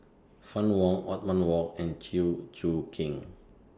Fann Wong Othman Wok and Chew Choo Keng